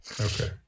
Okay